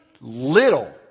little